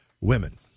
women